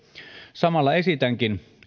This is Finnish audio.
samalla esitänkin